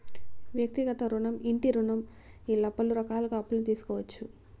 వ్యక్తిగత రుణం ఇంటి రుణం ఇలా పలు రకాలుగా అప్పులు తీసుకోవచ్చు